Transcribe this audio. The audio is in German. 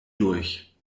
durch